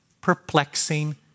perplexing